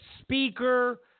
speaker